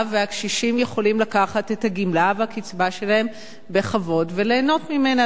והקשישים יכולים לקחת את הגמלה והקצבה שלהם בכבוד וליהנות ממנה.